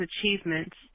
achievements